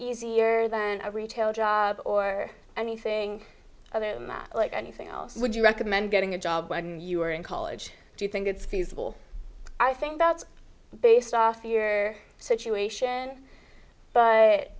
easier than a retail job or anything other like anything else would you recommend getting a job when you were in college do you think it's feasible i think that's based off year situation but